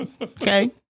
Okay